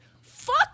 fuck